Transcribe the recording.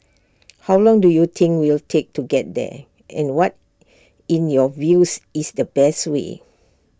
how long do you think we'll take to get there and what in your views is the best way